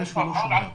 שומעים